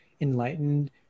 enlightened